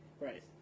Right